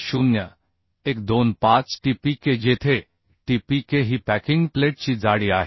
0125 T p k जेथे T p k ही packing प्लेटची जाडी आहे